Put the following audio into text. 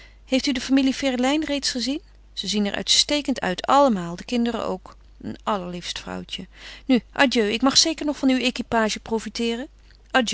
heeft u de familie ferelijn reeds gezien ze zien er uitstekend uit allemaal de kinderen ook een allerliefst vrouwtje nu adieu ik mag zeker nog van uw equipage profiteeren